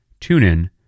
TuneIn